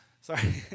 Sorry